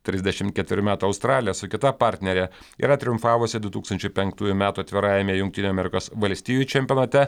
trisdešim keturių metų australė su kita partnere yra triumfavusi du tūkstančiai penktųjų metų atvirajame jungtinių amerikos valstijų čempionate